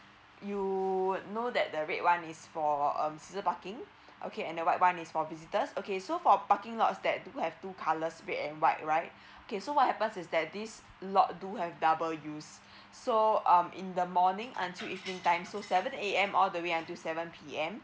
you would know that the red one is for um season parking okay and the white one is for visitors okay so for parking lots that do have two colours red and white right okay so what happens is that this lot do have double use so um in the morning until evening time so seven A_M all the way until seven P_M